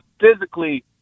physically –